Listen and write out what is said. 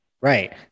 right